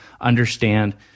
understand